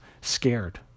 scared